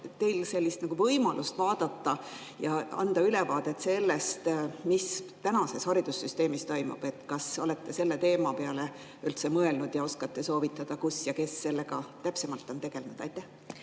teil võimalust seda vaadata ja saada ülevaade sellest, mis tänases haridussüsteemis toimub? Kas olete selle teema peale üldse mõelnud ja oskate soovitada, kus ja kes sellega täpsemalt on tegelenud? Aitäh